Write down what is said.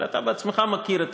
אבל אתה בעצמך מכיר את